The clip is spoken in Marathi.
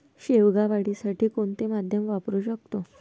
शेवगा वाढीसाठी कोणते माध्यम वापरु शकतो?